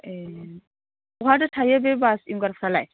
ए बहाथो थायो बे बास विंगारफ्रालाय